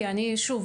כי שוב,